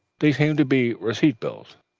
they seemed to be receipted bills.